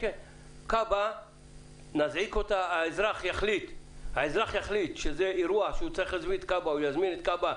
כב"ה האזרח יחליט שזה אירוע שהוא צריך להזמין את כב"ה,